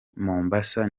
mombasa